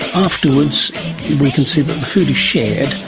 afterwards we can see that the food is shared,